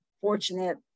fortunate